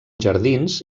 jardins